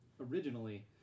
originally